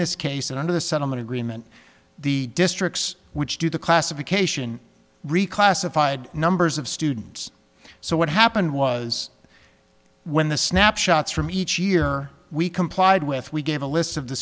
this case and under the settlement agreement the districts which do the classification reclassified numbers of students so what happened was when the snapshots from each year we complied with we gave a list of the